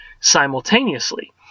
simultaneously